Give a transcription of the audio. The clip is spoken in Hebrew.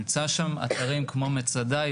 נמצאים שם אתרים כמו מצדה,